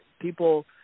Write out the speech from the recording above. people